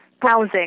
browsing